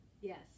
Yes